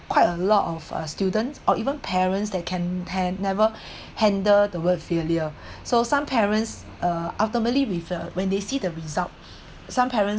quite a lot of uh students or even parents that can ha~ never handle the word failure so some parents uh ultimately refer when they see the results some parents